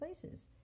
places